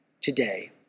today